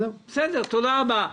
תודה רבה.